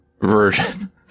version